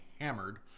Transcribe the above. hammered